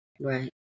Right